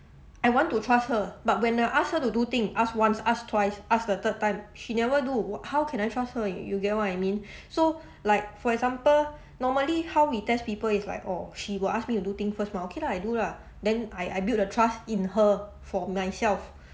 I want to trust her but when I ask her to do thing ask once ask twice ask the third time she never do how can I trust her you you get what I mean so like for example normally how we test people is like orh she will ask me to do thing first mah okay lah I do lah then I I build a trust in her for myself